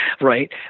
right